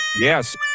Yes